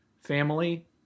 family